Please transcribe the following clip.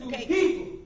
people